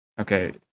Okay